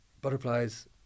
butterflies